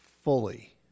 fully